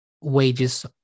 wages